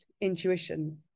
intuition